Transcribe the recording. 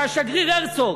השגריר הרצוג